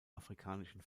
afrikanischen